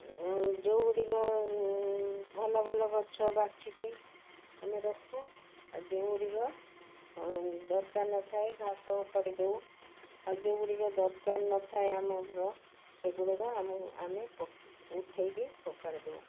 ଯେଉଁ ଗୁଡ଼ିକ ଭଲ ଭଲ ଗଛ ବାଛିକି ଆମେ ରଖୁ ଆଉ ଯେଉଁ ଗୁଡ଼ିକ ଦରକାର ନଥାଏ ଘାସ ଉପାଡ଼ି ଦେଉ ଆଉ ଯେଉଁ ଗୁଡ଼ିକ ଦରକାର ନଥାଏ ଆମର ସେଗୁଡ଼ିକ ଆମେ ଉଠାଇକି ଫୋପାଡ଼ି ଦେଉ